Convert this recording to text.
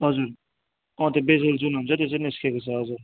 हजुर अँ त्यो बेरवेल जुन हुन्छ त्यो चाहिँ निस्केको छ हजुर